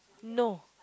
no